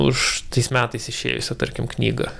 už tais metais išėjusią tarkim knygą